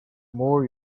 more